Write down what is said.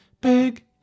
big